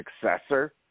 successor